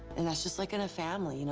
and that's just like in a family, you know